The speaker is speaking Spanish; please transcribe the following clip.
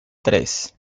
tres